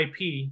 IP